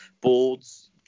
boards